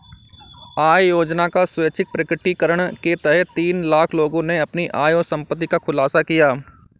आय योजना का स्वैच्छिक प्रकटीकरण के तहत तीन लाख लोगों ने अपनी आय और संपत्ति का खुलासा किया